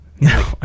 No